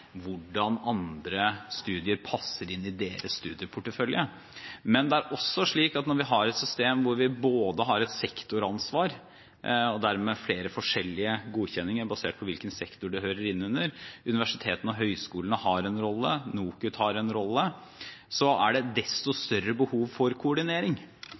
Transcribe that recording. hvordan andre studier passer inn i deres studieportefølje. Det er også slik at når vi har et system hvor vi har et sektoransvar og dermed flere forskjellige godkjenninger basert på hvilken sektor det hører inn under – universitetene og høyskolene har en rolle, NOKUT har en rolle – er det desto større behov for koordinering.